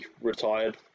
retired